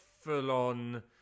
full-on